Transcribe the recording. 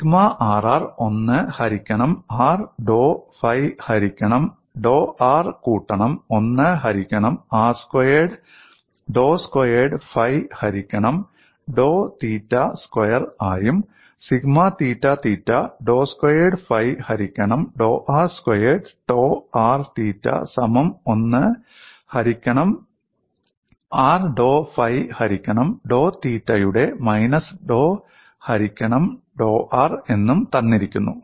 sigma rr 1 ഹരിക്കണം r ഡോ phi ഹരിക്കണം ഡോ r കൂട്ടണം 1 ഹരിക്കണം r സ്ക്വയേർഡ് ഡോ സ്ക്വയേർഡ് ഫൈ ഹരിക്കണം ഡോ തീറ്റ സ്ക്വയർ ആയും സിഗ്മ തീറ്റ തീറ്റ ഡോ സ്ക്വയേർഡ് ഫൈ ഹരിക്കണം ഡോ r സ്ക്വയർഡ് ടോ r തീറ്റ സമം 1 ഹരിക്കണം r ഡോ ഫൈ ഹരിക്കണം ഡോ തീറ്റ യുടെ മൈനസ് ഡോ ഹരിക്കണം ഡോ r എന്നും തന്നിരിക്കുന്നു